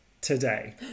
today